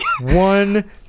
one